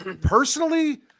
personally